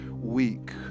weak